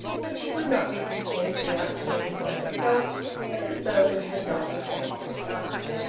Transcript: but she could not be content without seeing for herself that the servant had not betrayed the trust.